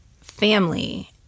family